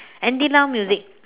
Andy Lau music